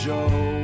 Joe